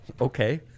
Okay